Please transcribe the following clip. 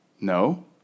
No